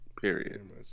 period